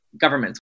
governments